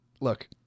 look